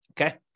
Okay